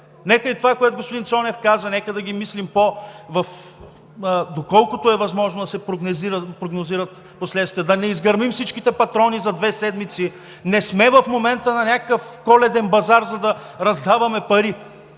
Нека и това, което господин Цонев каза, да ги мислим – доколкото е възможно да се прогнозират, последствията, за да не изгърмим всичките патрони за две седмици. Не сме в момента на някакъв коледен базар, за да раздаваме пари.